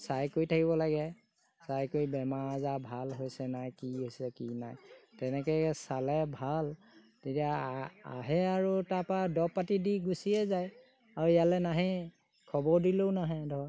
চাই কৰি থাকিব লাগে চাই কৰি বেমাৰ আজাৰ ভাল হৈছে নাই কি হৈছে কি নাই তেনেকৈ চালে ভাল তেতিয়া আহে আৰু তাৰপৰা দৰব পাতি দি গুচিয়ে যায় আৰু ইয়ালৈ নাহে খবৰ দিলেও নাহে ধৰক